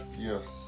Yes